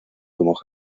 como